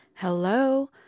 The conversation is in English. Hello